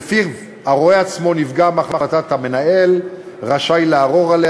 ולפיו הרואה עצמו נפגע מהחלטת המינהל רשאי לערור עליה